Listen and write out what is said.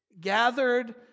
Gathered